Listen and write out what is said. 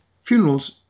funerals